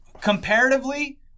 comparatively